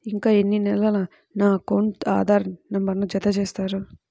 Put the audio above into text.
ఇంకా ఎన్ని నెలలక నా అకౌంట్కు ఆధార్ నంబర్ను జత చేస్తారు?